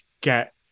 get